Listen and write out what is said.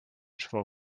for